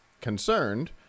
concerned